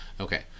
Okay